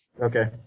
Okay